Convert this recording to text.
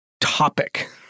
topic